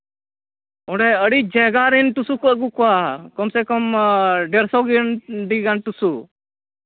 ᱚᱸᱰᱮ ᱟᱹᱰᱤ ᱡᱟᱭᱜᱟ ᱨᱮᱱ ᱴᱩᱥᱩ ᱠᱚ ᱟᱹᱜᱩ ᱠᱚᱣᱟ ᱠᱚᱢ ᱥᱮ ᱠᱚᱢ ᱰᱮᱹᱲᱥᱚ ᱴᱤ ᱜᱟᱱ ᱴᱩᱥᱩ